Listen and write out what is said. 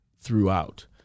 throughout